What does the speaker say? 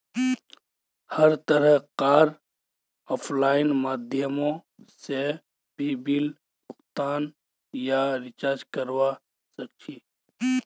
हर तरह कार आफलाइन माध्यमों से भी बिल भुगतान या रीचार्ज करवा सक्छी